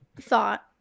thought